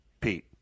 Pete